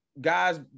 guys